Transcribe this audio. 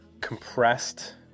compressed